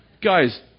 Guy's